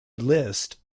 list